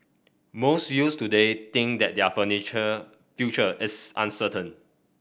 most youths today think that their furniture future is uncertain